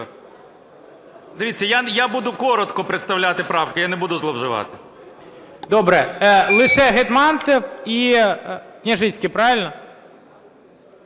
Дивіться, я буду коротко представляти правки, я не буду зловживати. ГОЛОВУЮЧИЙ. Добре. Лише Гетманцев і Княжицький, правильно?